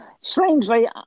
Strangely